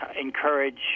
Encourage